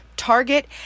Target